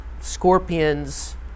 scorpions